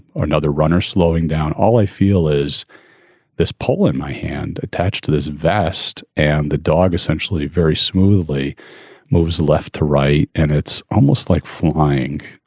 ah another runner slowing down. all i feel is this pull in my hand attached to this vest. and the dog essentially very smoothly moves left to right. and it's almost like flying.